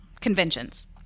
conventions